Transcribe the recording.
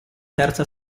terza